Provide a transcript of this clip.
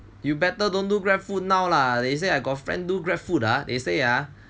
you better don't do Grabfood now lah they say I got friend do Grabfood they say ah